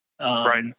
Right